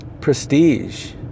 prestige